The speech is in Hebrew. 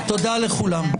לכולם.